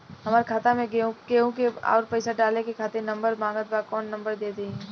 हमार खाता मे केहु आउर पैसा डाले खातिर नंबर मांगत् बा कौन नंबर दे दिही?